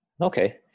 Okay